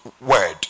word